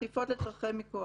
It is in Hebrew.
וחטיפות לצורכי מיקוח.